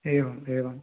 एवम् एवं